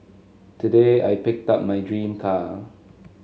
today I picked up my dream car